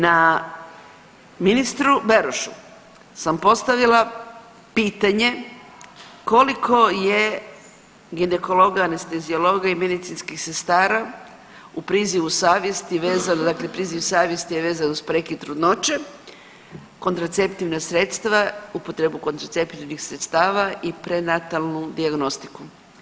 Na ministru Berošu sam postavila pitanje koliko je ginekologa, anesteziologa i medicinskih sestara u prizivu savjesti vezano, dakle priziv savjesti je vezan uz prekid trudnoće, kontraceptivna sredstva, upotrebu kontracepcijskih sredstava i prenatalnu dijagnostiku.